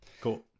Cool